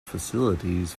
facilities